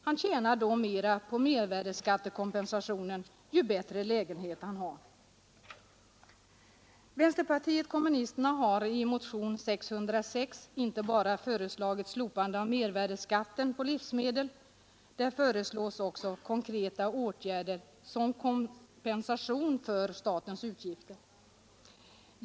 Han tjänar då mera på mervärdeskattekompensationen, ju bättre lägenhet han har. Vänsterpartiet kommunisterna har i motionen 606 inte bara föreslagit slopande av mervärdeskatten på livsmedel. Där föreslås också konkreta åtgärder som kompensation för statens utgifter.